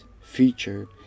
feature